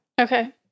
Okay